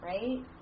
Right